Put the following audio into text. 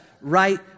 right